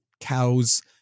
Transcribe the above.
cows